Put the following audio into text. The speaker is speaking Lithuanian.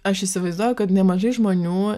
aš įsivaizduoju kad nemažai žmonių